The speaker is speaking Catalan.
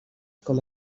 com